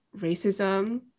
racism